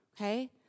okay